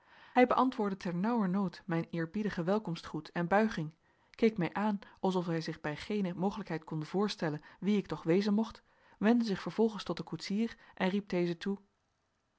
hij beantwoordde ternauwernood mijn eerbiedigen welkomstgroet en buiging keek mij aan alsof hij zich bij geene mogelijkheid konde voorstellen wie ik toch wezen mocht wendde zich vervolgens tot den koetsier en riep dezen toe